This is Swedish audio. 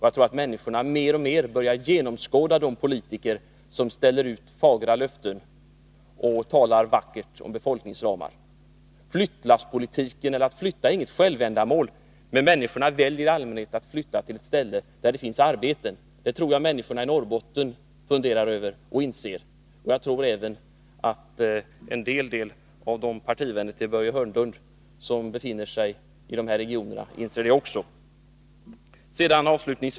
Jag tror att människorna mer och mer börjar genomskåda de politiker som ställer ut fagra löften och talar vackert om befolkningsramar. När det gäller flyttlasspolitiken vill jag säga att det inte är något självändamål att flytta, men människorna väljer i allmänhet att flytta till platser, där det finns arbeten. Det tror jag att människorna i Norrbotten mer och mer inser, och jag tror att även en hel del av Börje Hörnlunds partivänner i dessa regioner inser detta.